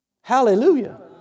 Hallelujah